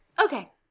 Okay